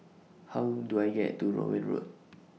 How Do I get to Rowell Road